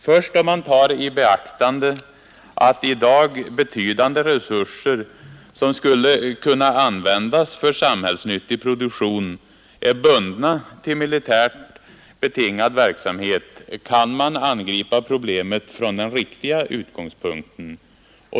Först om man tar i beaktande att i dag betydande resurser, som skulle kunna användas för samhällsnyttig produktion, är bundna till militärt betingad verksamhet kan man angripa problemet från den riktiga utgångspunkten.